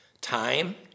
time